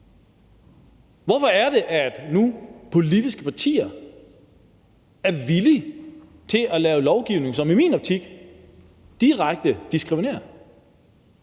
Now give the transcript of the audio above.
Hvorfor er det, at politiske partier nu er villige til at lave lovgivning, som i min optik direkte diskriminerer?